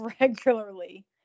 regularly